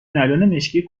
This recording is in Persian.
مشکی